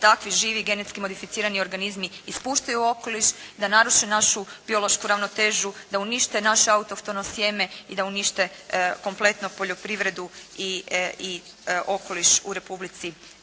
takvi živi, genetski modificirani organizmi ispuštaju u okoliš, da naruše našu biološku ravnotežu, da unište naše autoktono sjeme i da unište konkretno poljoprivredu i okoliš u Republici